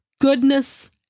Goodness